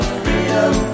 freedom